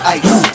ice